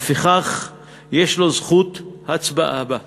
ולפיכך יש לו זכות הצבעה בה.